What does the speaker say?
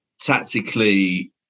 tactically